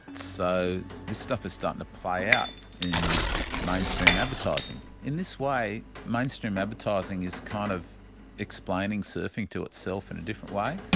so this stuff is starting to play out in mainstream advertising. in this way, mainstream advertising is kind of explaining surfing to itself in a different way.